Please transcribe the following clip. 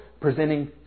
presenting